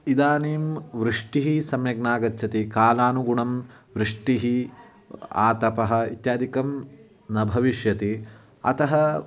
इदानीं वृष्टिः सम्यक् नागच्छति कालानुगुणं वृष्टिः आतपः इत्यादिकं न भविष्यति अतः